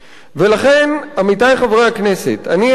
ולכן, עמיתי חברי הכנסת, אני הצעתי